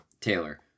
taylor